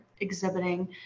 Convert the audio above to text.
exhibiting